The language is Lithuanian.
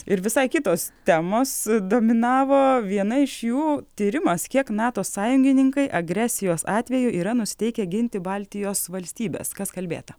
ir visai kitos temos dominavo viena iš jų tyrimas kiek nato sąjungininkai agresijos atveju yra nusiteikę ginti baltijos valstybes kas kalbėta